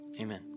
amen